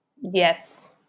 Yes